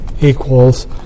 equals